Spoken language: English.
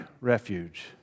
refuge